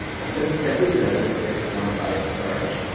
and since every letter takes one byte of storage,